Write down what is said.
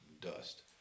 dust